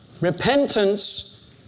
Repentance